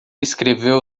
escreveu